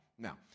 Now